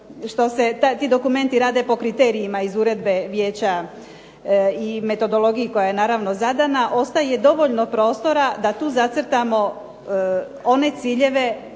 što se ti dokumenti rade po kriterijima iz uredbe Vijeća i metodologiji koja je naravno zadana ostaje dovoljno prostora da tu zacrtamo one ciljeve,